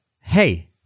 hey